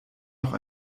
noch